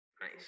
Nice